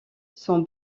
sont